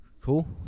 Cool